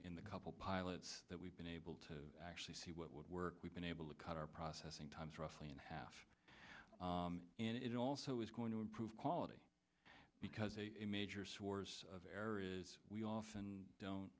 in the couple pilots that we've been able to actually see what would work we've been able to cut our processing times roughly in half and it also is going to improve quality because a major source of error is we often don't